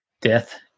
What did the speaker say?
Death